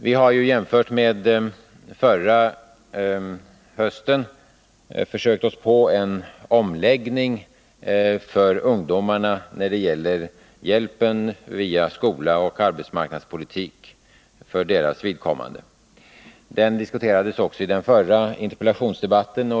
Vi har ju sedan förra hösten försökt oss på en omläggning för ungdomarna när det gäller hjälpen via skola och arbetsmarknadspolitik. Den frågan diskuterades också i den förra interpellationsdebatten.